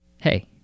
Hey